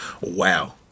wow